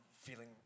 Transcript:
Feeling